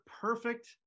perfect